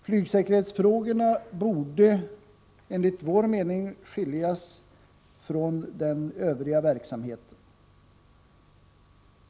Flygsäkerhetsfrågorna borde enligt vår mening skiljas från den övriga verksamheten.